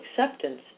acceptance